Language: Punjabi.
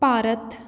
ਭਾਰਤ